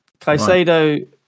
Caicedo